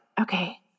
okay